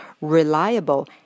reliable